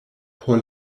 por